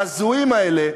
ההזויים האלה,